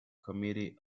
committee